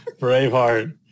Braveheart